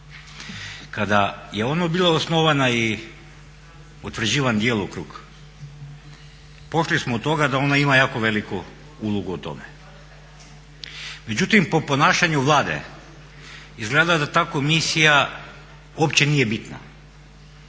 Kada je ona bila osnovana i utvrđivan djelokrug pošli smo od toga da ona ima jako veliku u tome. Međutim, po ponašanju Vlade izgleda da ta komisija uopće nije bitna.